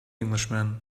englishman